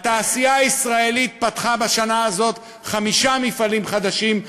התעשייה הישראלית פתחה בשנה הזו חמישה מפעלים חדשים,